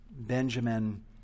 Benjamin